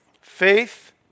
Faith